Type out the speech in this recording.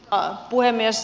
arvoisa puhemies